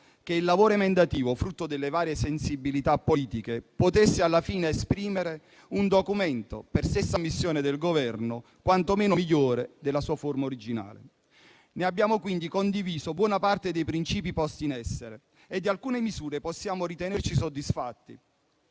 che il lavoro emendativo, frutto delle varie sensibilità politiche, potesse alla fine esprimere un documento che, per stessa ammissione del Governo, è quanto meno migliore della sua forma originale. Noi abbiamo quindi condiviso buona parte dei principi posti in essere e di alcune misure possiamo ritenerci soddisfatti,